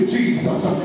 Jesus